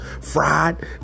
fried